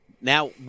Now